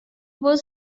was